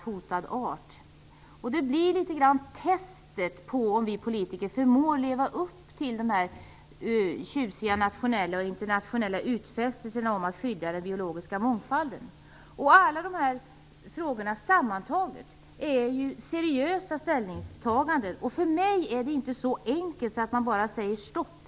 Detta blir något av ett test på om vi politiker förmår leva upp till de tjusiga nationella och internationella utfästelserna om att skydda den biologiska mångfalden. I alla dessa frågor sammantagna gäller det seriösa ställningstaganden. Det är för mig inte så enkelt som att bara säga stopp.